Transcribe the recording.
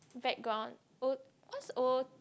background O what's O